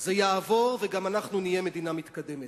זה יעבור, וגם אנחנו נהיה מדינה מתקדמת.